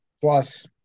plus